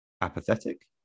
apathetic